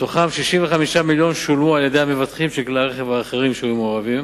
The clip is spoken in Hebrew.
מתוכם 65 מיליון שולמו על-ידי המבטחים של כלי הרכב האחרים שהיו מעורבים